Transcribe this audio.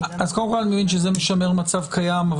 קודם כל, אני מבין שזה משמר מצב קיים.